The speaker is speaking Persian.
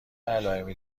علائمی